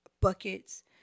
buckets